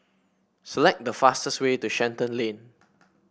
select the fastest way to Shenton Lane